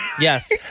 Yes